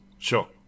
sure